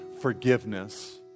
forgiveness